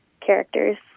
characters